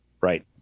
right